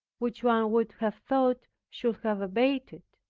which one would have thought should have abated,